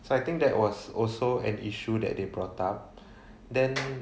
so I think that was also an issue that they brought up then